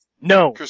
No